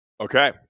Okay